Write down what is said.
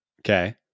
Okay